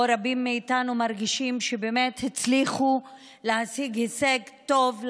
או רבים מאיתנו מרגישים שבאמת הצלחנו להשיג הישג טוב,